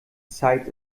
zeit